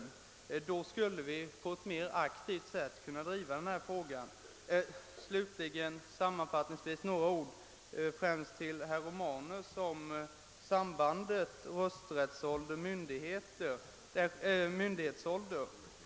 Då skulle vi på ett mera aktivt sätt kunna driva den här frågan. Slutligen vill jag säga några ord främst till herr Romanus om sambandet myndighetsålder-rösträttsålder.